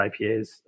IPAs